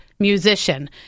Musician